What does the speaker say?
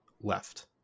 left